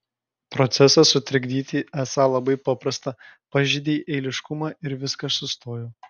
procesą sutrikdyti esą labai paprasta pažeidei eiliškumą ir viskas sustojo